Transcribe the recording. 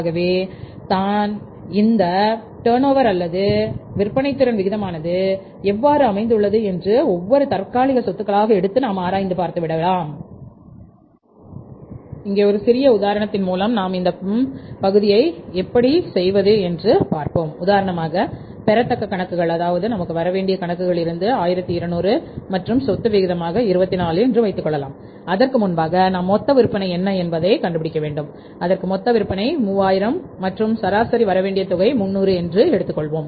ஆகவே தான் இந்த டர்னோவர்அதாவது விற்பனை திறன் விகிதமானது எவ்வாறு அமைந்துள்ளது என்று ஒவ்வொரு தற்காலிக சொத்துக்களாக எடுத்து நாம் ஆராய்ந்து பார்த்து விடலாம் இங்கே ஒரு சிறிய உதாரணத்தின் மூலம் நாம் இந்த பகுதியை எப்படி செய்வது என்று பார்ப்போம் உதாரணமாக பெறத்தக்க கணக்குகள் அதாவது நமக்கு வரவேண்டிய கணக்குகளில் இருந்து 1200 மற்றும் சொத்து விகிதமாக 24 என்று வைத்துக்கொள்ளலாம் அதற்கு முன்பாக நாம் மொத்த விற்பனை என்ன என்பதை கண்டுபிடிக்க வேண்டும் அதற்கு மொத்தவிற்பனை 3000 மற்றும் சராசரி வரவேண்டிய தொகை 300 என்று வைத்துக்கொள்வோம்